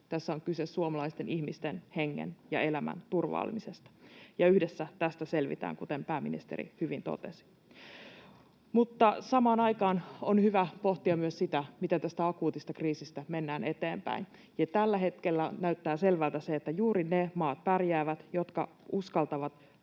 Tässä on kyse suomalaisten ihmisten hengen ja elämän turvaamisesta. Yhdessä tästä selvitään, kuten pääministeri hyvin totesi. Samaan aikaan on hyvä pohtia myös sitä, miten tästä akuutista kriisistä mennään eteenpäin. Tällä hetkellä näyttää selvältä se, että juuri ne maat pärjäävät, jotka uskaltavat